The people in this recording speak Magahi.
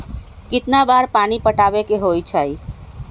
कितना बार पानी पटावे के होई छाई?